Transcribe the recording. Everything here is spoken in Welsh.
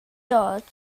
george